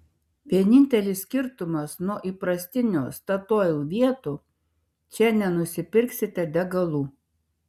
vienintelis skirtumas nuo įprastinių statoil vietų čia nenusipirksite degalų